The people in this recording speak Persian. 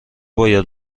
باید